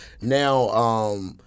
now